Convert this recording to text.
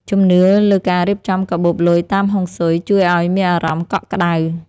ជំនឿលើការរៀបចំកាបូបលុយតាមហុងស៊ុយ ជួយឱ្យមានអារម្មណ៍កក់ក្ដៅ។